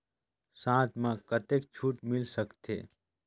साथ म कतेक छूट मिल सकथे?